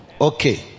Okay